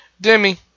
Demi